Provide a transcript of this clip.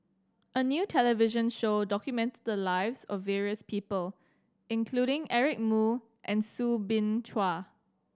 a new television show documented the lives of various people including Eric Moo and Soo Bin Chua